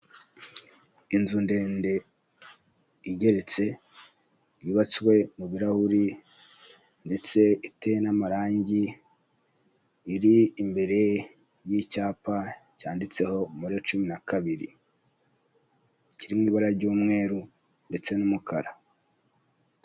Inzu ndende igeretse yubatswe mu birarahuri ndetse iteye n'amarangi, iri imbere y'icyapa cyanditse umubare cumi na kabiri kiri mu ibura ry'umweru ndetse n'umukara.